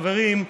חברים,